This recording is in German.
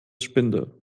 spinde